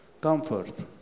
comfort